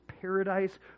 paradise